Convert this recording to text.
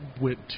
went